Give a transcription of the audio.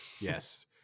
Yes